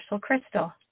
crystal